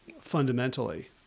fundamentally